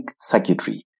circuitry